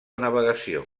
navegació